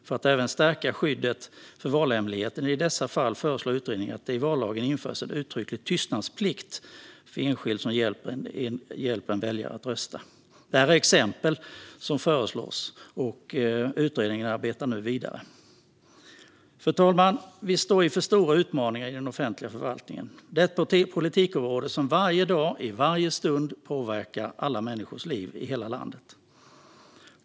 För att även stärka skyddet för valhemligheten i dessa fall föreslår utredningen att det i vallagen införs en uttrycklig tystnadsplikt för enskild som hjälper en väljare att rösta. Detta är exempel på vad som föreslås; utredningen arbetar nu vidare. Fru talman! Vi står inför stora utmaningar i den offentliga förvaltningen. Det är ett politikområde som varje dag, i varje stund påverkar alla människors liv i hela landet.